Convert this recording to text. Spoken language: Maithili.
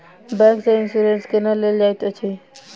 बैंक सँ इन्सुरेंस केना लेल जाइत अछि